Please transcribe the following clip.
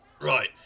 Right